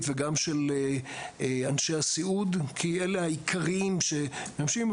וגם של אנשי הסיעוד כי אלה העיקריים שמשתמשים,